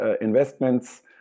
investments